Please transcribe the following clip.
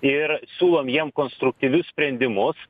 ir siūlom jiem konstruktyvius sprendimus